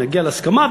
נגיע להסכמה,